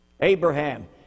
Abraham